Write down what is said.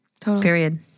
Period